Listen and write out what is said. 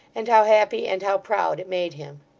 and how happy and how proud it made him.